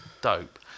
dope